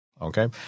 Okay